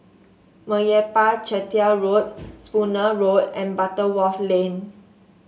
Meyappa Chettiar Road Spooner Road and Butterworth Lane